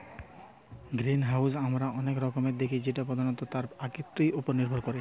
greenhouse আমরা অনেক রকমের দেখি যেটা প্রধানত তার আকৃতি উপর নির্ভর করে